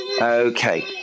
Okay